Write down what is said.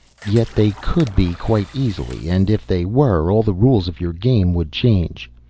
yet they could be quite easily. and if they were, all the rules of your game would change.